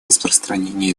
распространения